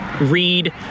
read